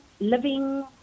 living